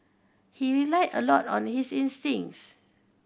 he relied a lot on his instincts